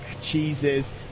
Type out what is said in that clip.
cheeses